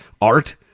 art